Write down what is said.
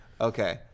Okay